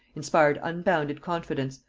inspired unbounded confidence,